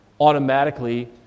automatically